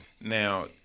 Now